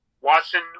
Watson